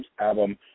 album